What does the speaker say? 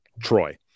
Troy